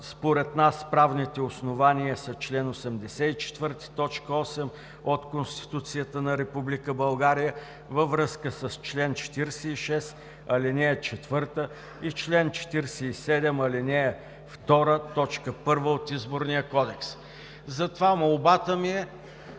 Според нас правните основания са чл. 84, т. 8 от Конституцията на Република България във връзка с чл. 46, ал. 4 и чл. 47, ал. 2, т. 1 от Изборния кодекс. Затова молбата ми е